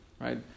right